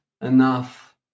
enough